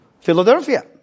Philadelphia